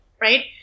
right